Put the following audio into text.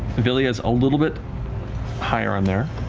vilya's a little bit higher on there,